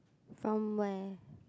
from where